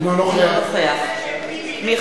אינו נוכח זה שביבי,